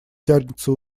тянется